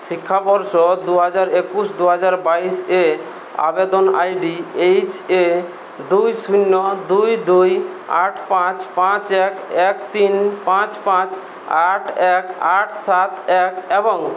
শিক্ষাবর্ষ দু হাজার একুশ দু হাজার বাইশ এ আবেদন আইডি এইচ এ দুই শূন্য দুই দুই আট পাঁচ পাঁচ এক এক তিন পাঁচ পাঁচ আট এক আট সাত এক এবং